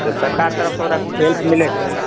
तऽ सरकार तरफसॅं ओकरासॅं कुछ हेल्प मिलै छै